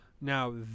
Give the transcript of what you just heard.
Now